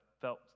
felt